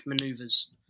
maneuvers